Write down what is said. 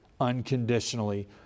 unconditionally